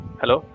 Hello